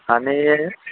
आणि